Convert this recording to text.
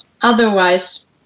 otherwise